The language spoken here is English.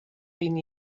been